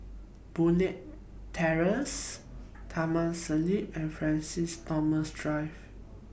Boon Leat Terrace Taman Siglap and Francis Thomas Drive